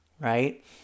Right